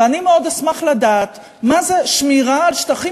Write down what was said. ואני מאוד אשמח לדעת מה זה שמירה על שטחים